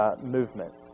movement